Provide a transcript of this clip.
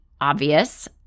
obvious